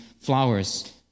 flowers